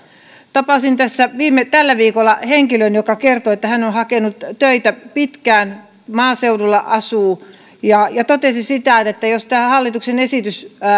tapasin tällä viikolla henkilön joka kertoi että hän on hakenut töitä pitkään maaseudulla asuu hän totesi että jos tämä hallituksen esitys